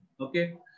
Okay